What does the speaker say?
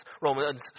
Romans